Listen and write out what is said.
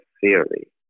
theory